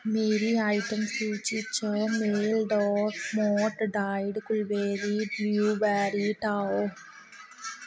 मेरी आइटम सूची चा mail dot mont dried blueberry blueberry हटाओ